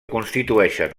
constitueixen